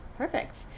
perfect